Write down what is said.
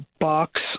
box